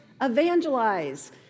evangelize